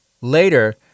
Later